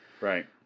right